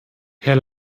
herr